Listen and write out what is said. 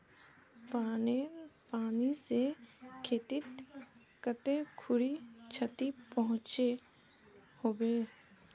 बानेर पानी से खेतीत कते खुरी क्षति पहुँचो होबे?